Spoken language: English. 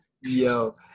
Yo